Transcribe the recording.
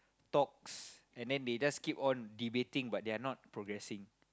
talks and then they just keep on debating but they are not progressing